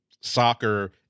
soccer